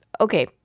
okay